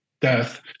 Death